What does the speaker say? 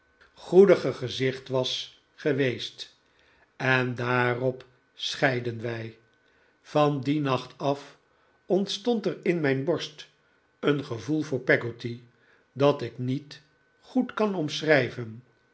gezicht was geweest en daarop scheidden wij van dien nacht af ontstond er in mijn borst een gevoel voor peggotty dat ik niet goed kan omschrijven